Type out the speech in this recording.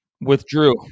Withdrew